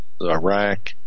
Iraq